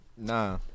Nah